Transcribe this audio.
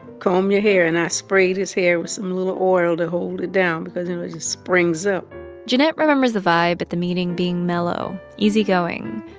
comb your hair. and i sprayed his hair with some little oil to hold it down because it springs up jennet remembers the vibe at the meeting being mellow, easygoing.